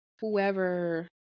whoever